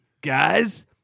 guys